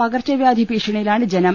പകർച്ച വ്യാധി ഭീഷണിയിലാണ് ജനം